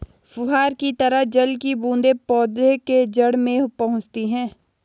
फुहार की तरह जल की बूंदें पौधे के जड़ में पहुंचती है